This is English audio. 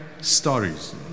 stories